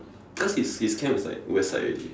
cause his his camp is like West side already